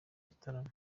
gitaramo